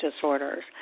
disorders